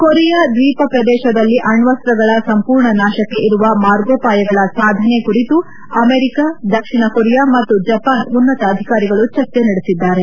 Korea ದ್ನೀಪ ಪ್ರದೇಶದಲ್ಲಿ ಅಣ್ಣಸ್ತಗಳ ಸಂಪೂರ್ಣ ನಾಶಕ್ಷೆ ಇರುವ ಮಾರ್ಗೋಪಾಯಗಳ ಸಾಧನೆ ಕುರಿತು ಅಮೆರಿಕ ದಕ್ಷಿಣ ಕೊರಿಯಾ ಮತ್ತು ಜಪಾನ್ ಉನ್ವತ ಅಧಿಕಾರಿಗಳು ಚರ್ಚೆ ನಡೆಸಿದ್ದಾರೆ